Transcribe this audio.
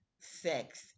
sex